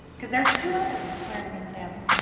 because there's two other wear it again sams.